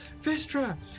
Vistra